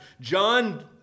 John